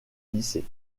lycée